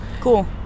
Cool